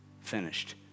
finished